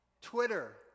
Twitter